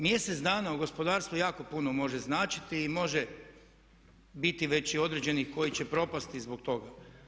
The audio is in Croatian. Mjesec dana u gospodarstvu jako puno može značiti i može biti već i određenih koji će propasti zbog toga.